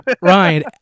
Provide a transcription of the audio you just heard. Ryan